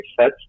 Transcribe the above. set